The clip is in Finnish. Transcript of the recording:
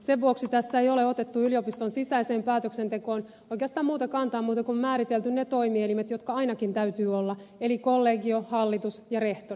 sen vuoksi tässä ei ole otettu yliopiston sisäiseen päätöksentekoon oikeastaan muuta kantaa kuin määritelty ne toimielimet jotka täytyy ainakin olla eli kollegio hallitus ja rehtori